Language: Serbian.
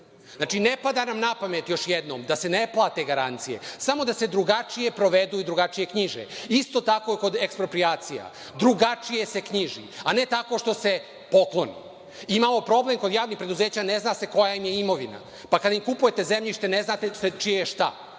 Znači, ne pada nam napamet, još jednom, da se ne plate garancije, samo da se drugačije provedu i knjiže. Isto je tako kod eksproprijacija. Drugačije se knjiži, a ne tako što se pokloni. Imamo problem kod javnih preduzeća, ne zna se koja im je imovina, pa kada im kupujete zemljište ne znate čije je